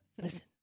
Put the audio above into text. Listen